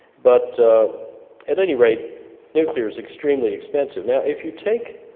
but at any rate nuclear is extremely expensive. now if you take